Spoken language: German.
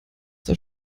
der